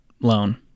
loan